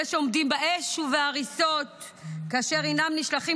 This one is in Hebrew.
אלה שעומדים באש ובהריסות כאשר הם נשלחים